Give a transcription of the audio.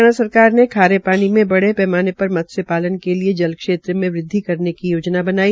हरियाणा सरकार ने खारे पानी में बड़े पैमाने पर मत्स्य पालन के लिये जल क्षेत्र में वृद्वि करने की योजना बनाई